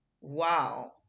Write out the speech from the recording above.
wow